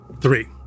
Three